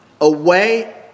away